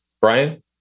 Brian